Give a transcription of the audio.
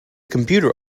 computer